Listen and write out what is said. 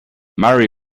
mari